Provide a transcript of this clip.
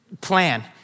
plan